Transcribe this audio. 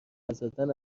نزدن